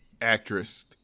actress